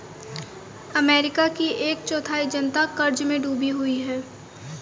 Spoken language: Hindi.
अमेरिका की एक चौथाई जनता क़र्ज़ में डूबी हुई है